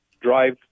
drive